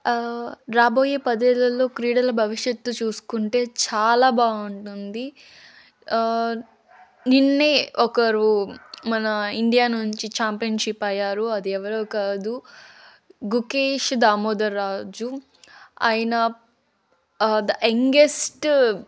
రాబోయే పదేళ్ళలో క్రీడల భవిష్యత్తు చూసుకుంటే చాలా బాగుంటుంది నిన్నే ఒకరు మన ఇండియా నుంచి ఛాంపియన్షిప్ అయ్యారు అది ఎవరో కాదు గుకేష్ దామోదర్ రాజు ఆయన ద యంగెస్టు